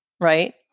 right